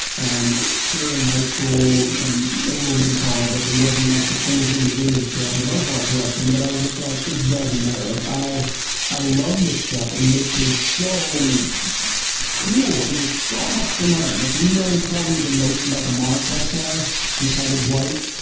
and sure, in high school and a little bit in college like it wasn't like the cool thing to do to show off your butterfly collection, but i was just like, it doesn't matter. like i love love this stuff and nature is so cool and there's so much to learn. like we know probably the most about the monarch butterfly and the cabbage white,